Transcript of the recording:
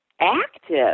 active